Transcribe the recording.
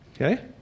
okay